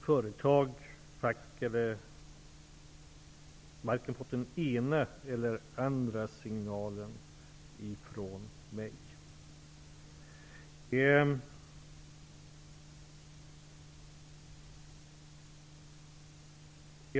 Företag och fack har varken fått den ena eller den andra signalen ifrån mig.